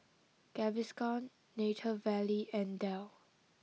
Gaviscon Nature Valley and Dell